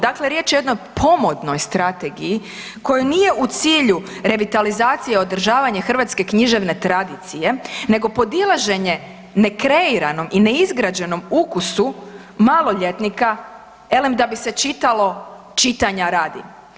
Dakle, riječ je o jednoj pomodnoj strategiji kojoj nije u cilju revitalizacija održavanje hrvatske književne tradicije nego podilaženje ne kreiranom i ne izgrađenom ukusu maloljetnika, elem da bi se čitalo čitanja radi.